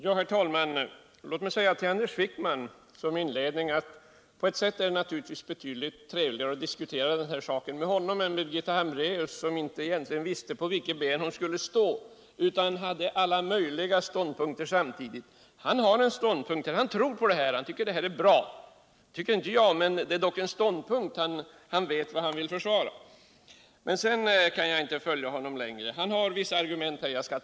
Herr talman! Låt mig som inledning säga till Anders Wijkman att det på ett sält naturligtvis är betydligt trevligare att diskutera den här saken med honom än med Birgitta Hambraeus, som egentligen inte visste på vilket ben hon skulle stå utan intog alla möjliga ståndpunkter samtidigt. Anders Wijkman har en ståndpunkt; han tror på det här och han tycker att det är bra — det tycker inte jag — och han vet vad han vill försvara. Men sedan kan jag inte följa honom längre. Några av hans argument skall jag ta upp.